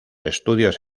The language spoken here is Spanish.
estudios